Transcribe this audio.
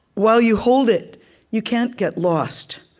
while you hold it you can't get lost.